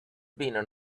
been